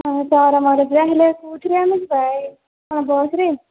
ହଁ ତୋର ମୋର ଯିବା ହେଲେ କେଉଁଥିରେ ଆମେ ଯିବା ଏଇ କ'ଣ ବସ୍ରେ